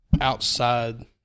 outside